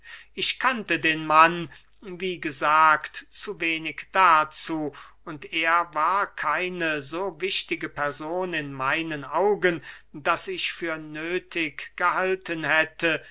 ich kannte den mann wie gesagt zu wenig dazu und er war keine so wichtige person in meinen augen daß ich für nöthig gehalten hätte